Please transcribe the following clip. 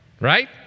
right